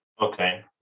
Okay